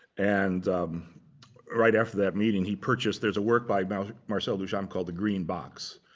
and right after that meeting, he purchased, there's a work by by marcel duchamp called the green box.